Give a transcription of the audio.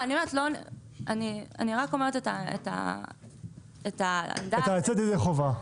אני רק אומרת את העמדה --- את ה"לצאת ידי חובה".